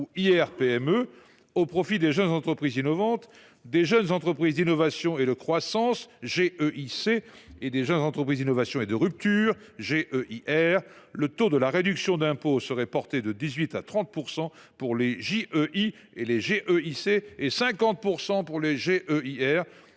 ou IR PME) au profit des jeunes entreprises innovantes (JEI), des jeunes entreprises d’innovation et de croissance (JEIC) et des jeunes entreprises d’innovation et de rupture (JEIR). Le taux de la réduction d’impôt serait porté de 18 % à 30 % pour les JEI et les JEIC et à 50 % pour les JEIR.